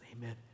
Amen